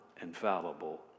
infallible